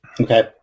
Okay